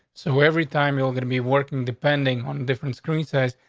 so every time you're gonna be working, depending on different screen size,